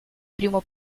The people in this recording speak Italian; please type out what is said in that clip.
primo